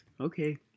Okay